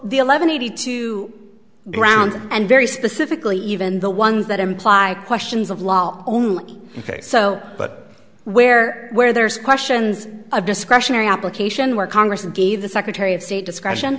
the eleven eighty two grounds and very specifically even the ones that imply questions of law only ok so but where where there's questions of discretionary application where congress gave the secretary of state disc